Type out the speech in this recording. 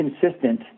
consistent